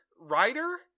writer